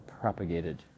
propagated